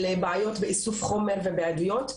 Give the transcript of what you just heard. של בעיות באיסוף חומר ובעדויות,